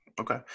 Okay